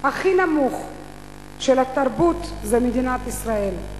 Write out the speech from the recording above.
הכי נמוך לתרבות, זה מדינת ישראל.